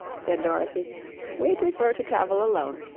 said dorothy we prefer to travel alone.